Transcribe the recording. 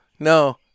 No